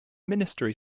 ministry